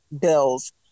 bills